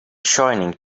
shining